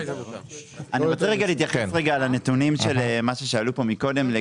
רוצה להתייחס לנתונים לגבי מה ששאלו כאן קודם.